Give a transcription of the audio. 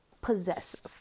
possessive